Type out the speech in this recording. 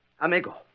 Amigo